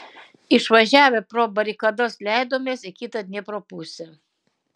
išvažiavę pro barikadas leidomės į kitą dniepro pusę